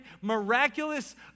miraculous